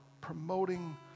promoting